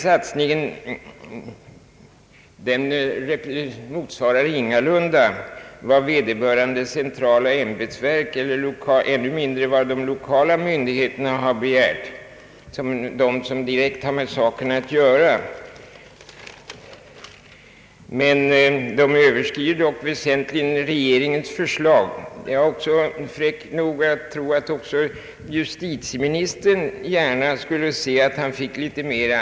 Satsningen motsvarar ingalunda vad vederbörande centrala ämbetsverk eller ännu mindre vad de lokala myndigheterna har begärt — de som direkt har med saken att göra — men den överskrider dock väsentligen regeringens förslag. Jag är fräck nog att tro att också justitieministern gärna skulle se att han fick större anslag.